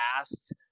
asked